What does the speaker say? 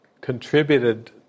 contributed